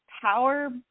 power